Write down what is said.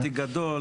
התכנון, הניצול,